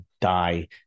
die